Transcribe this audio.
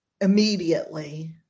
immediately